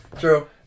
True